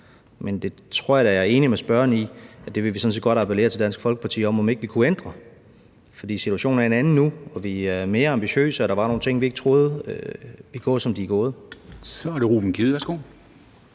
Men det tror jeg da at jeg er enig med spørgeren i at vi sådan set godt vil appellere til Dansk Folkeparti om vi ikke kunne ændre, for situationen er en anden nu, og vi er mere ambitiøse, og der var nogle ting, som vi ikke troede ville gå, som de er gået. Kl. 13:55 Formanden (Henrik